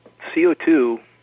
CO2